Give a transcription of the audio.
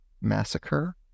massacre